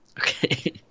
Okay